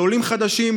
לעולים חדשים,